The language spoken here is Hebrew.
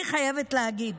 אני חייבת להגיד,